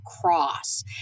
cross